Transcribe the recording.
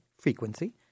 frequency